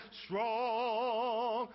strong